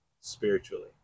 spiritually